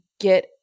get